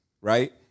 right